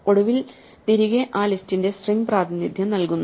ഒടുവിൽ തിരികെ ആ ലിസ്റ്റിന്റെ സ്ട്രിംഗ് പ്രാതിനിധ്യം നൽകുന്നു